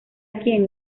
quien